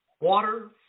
water